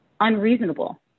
unreasonable